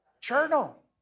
journal